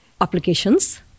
applications